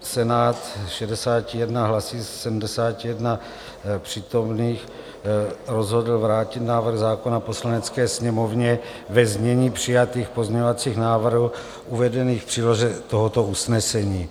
Senát 61 hlasy ze 71 přítomných rozhodl vrátit návrh zákona Poslanecké sněmovně ve znění přijatých pozměňovacích návrhů uvedených v příloze tohoto usnesení.